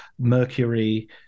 Mercury